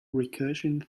recursion